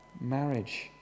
marriage